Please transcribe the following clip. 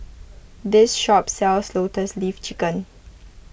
this shop sells Lotus Leaf Chicken